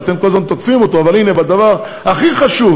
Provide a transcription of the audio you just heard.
אתם כל הזמן תוקפים אותו, אבל הנה, בדבר הכי חשוב